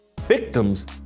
Victims